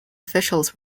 officials